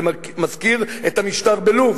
זה מזכיר את המשטר בלוב,